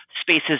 spaces